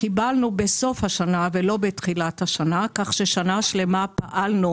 קיבלנו בסוף השנה ולא בתחילת השנה כך ששנה שלמה פעלנו